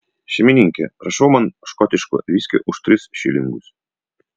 šeimininke prašau man škotiško viskio už tris šilingus